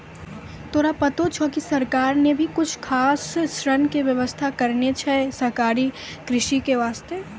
तोरा पता छौं कि सरकार नॅ भी कुछ खास ऋण के व्यवस्था करनॅ छै सहकारी कृषि के वास्तॅ